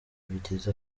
bigize